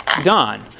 done